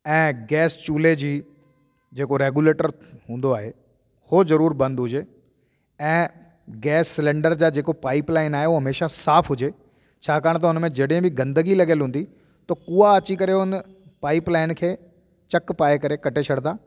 ऐं गैस चूल्हे जी जेको रेगूलेटर हूंदो आहे हो ज़रूरु बंदि हुजे ऐं गैस सिलेंडर जा जेको पाइप लाइन आहे उहो हमेशह साफ़ु हुजे छाकाणि त हुन में जॾहिं बि गंदगी लॻल हूंदी त कूआ अची करे उन पाइप लाइन खे चकु पाए करे कटे छॾींदा